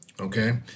okay